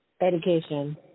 Education